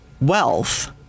wealth